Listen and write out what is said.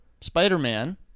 Spider-Man